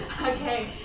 Okay